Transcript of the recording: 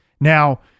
Now